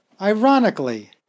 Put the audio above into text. Ironically